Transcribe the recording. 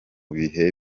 bihe